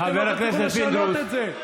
שאתם לא תצליחו לשנות את זה.